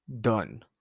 done